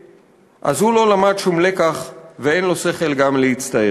/ אז הוא לא למד שום לקח / ואין לו שכל גם להצטער".